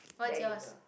there you go